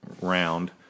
round